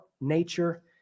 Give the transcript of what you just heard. nature